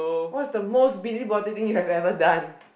what's the most busybody thing that you had ever done